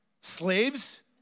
slaves